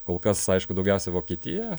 kol kas aišku daugiausia vokietija